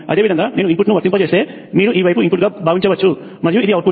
అదేవిధంగా నేను ఇన్పుట్ను వర్తింపజేస్తే మీరు ఈ వైపు ఇన్పుట్గా భావించవచ్చు మరియు ఇది అవుట్పుట్